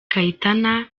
kayitana